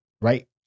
right